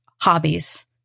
hobbies